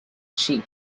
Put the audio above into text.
chief